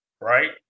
right